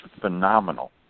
phenomenal